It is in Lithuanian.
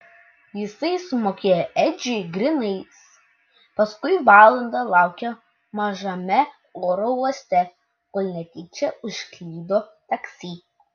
jisai sumokėjo edžiui grynais paskui valandą laukė mažame oro uoste kol netyčia užklydo taksi